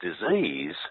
disease